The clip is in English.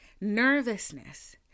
Nervousness